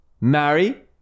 Marry